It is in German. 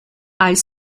als